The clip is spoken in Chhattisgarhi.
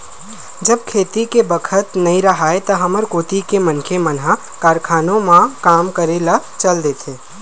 जब खेती के बखत नइ राहय त हमर कोती के मनखे मन ह कारखानों म काम करे ल चल देथे